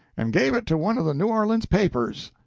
and gave it to one of the new orleans papers.